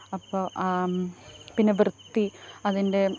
അപ്പോൾ പിന്നെ വൃത്തി അതിന്റെ